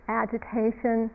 agitation